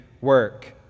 work